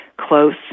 close